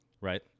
Right